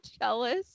jealous